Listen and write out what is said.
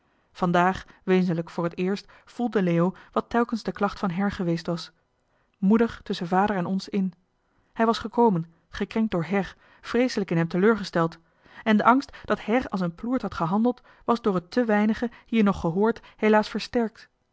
vandaag wezenlijk voor het eerst voelde leo wat telkens de klacht van her geweest was moeder tusschen vader en ons in hij was gekomen gekrenkt door her vreeselijk in hem teleurgesteld en de angst dat her als een ploert had gehandeld was door het te weinige hier nog gehoord helaas versterkt